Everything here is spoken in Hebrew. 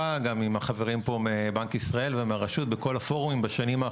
שבו נקבעה במפורש אפשרות של מתן אישור על ידי הגורם המאסדר